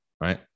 right